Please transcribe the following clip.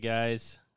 guys